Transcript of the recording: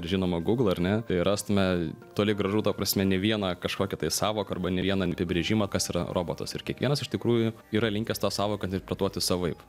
ir žinoma google ar ne tai rastume toli gražu ta prasme ne vieną kažkokią tai sąvoką arba ne vieną apibrėžimą kas yra robotas ir kiekvienas iš tikrųjų yra linkęs tą sąvoką interpretuoti savaip